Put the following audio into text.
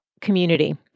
community